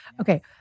Okay